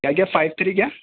کیا کیا five three کیا